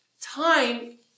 time